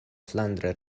flandra